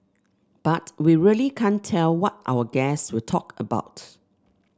but we really can't tell what our guests will talk about